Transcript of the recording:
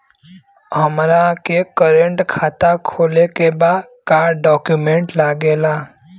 हमारा के करेंट खाता खोले के बा का डॉक्यूमेंट लागेला?